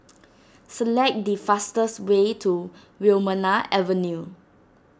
select the fastest way to Wilmonar Avenue